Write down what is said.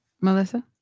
Melissa